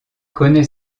connait